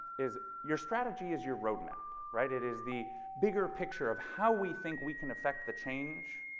is your strategy is your road map right it is the bigger picture of how we think we can effect the change